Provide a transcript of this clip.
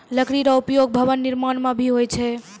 लकड़ी रो उपयोग भवन निर्माण म भी होय छै